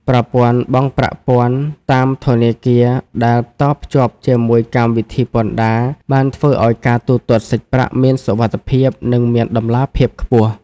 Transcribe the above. ប្រព័ន្ធបង់ប្រាក់ពន្ធតាមធនាគារដែលតភ្ជាប់ជាមួយកម្មវិធីពន្ធដារ បានធ្វើឱ្យការទូទាត់សាច់ប្រាក់មានសុវត្ថិភាព និងមានតម្លាភាពខ្ពស់។